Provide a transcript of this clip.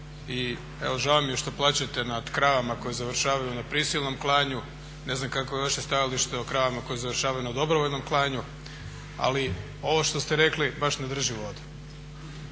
I evo žao mi je što plačete nad kravama koje završavaju na prisilnom klanju. Ne znam kakvo je vaše stajalište o kravama koje završavaju na dobrovoljnom klanju ali ovo što ste rekli baš ne drži vodu.